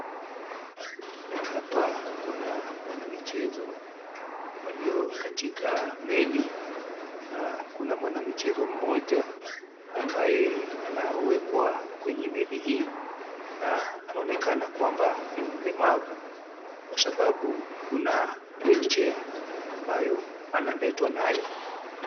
Hapa kuna wanamichezo walio katika meli na kuna mwana michezo mmoja ambaye anaekwa katika meli, na inaonekana kua ni mlemavu kwa sababu kuna wheelchair anayoletwa nayo.